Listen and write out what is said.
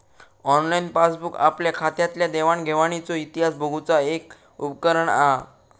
online passbook आपल्या खात्यातल्या देवाण घेवाणीचो इतिहास बघुचा एक उपकरण हा